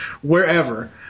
wherever